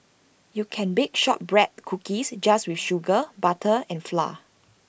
you can bake Shortbread Cookies just with sugar butter and flour